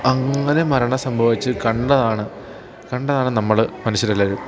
അങ്ങനെ മരണം സംഭവിച്ചു കണ്ടതാണ് കണ്ടതാണ് നമ്മൾ മനുഷ്യരെല്ലാവരും